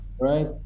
right